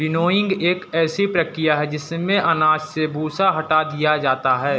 winnowing एक ऐसी प्रक्रिया है जिसमें अनाज से भूसा हटा दिया जाता है